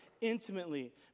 intimately